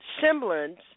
semblance